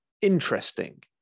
interesting